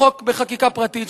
החוק בחקיקה פרטית,